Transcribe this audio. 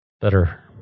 Better